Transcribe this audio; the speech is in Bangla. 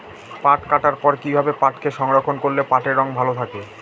পাট কাটার পর কি ভাবে পাটকে সংরক্ষন করলে পাটের রং ভালো থাকে?